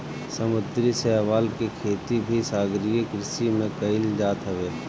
समुंदरी शैवाल के खेती भी सागरीय कृषि में कईल जात हवे